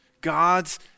God's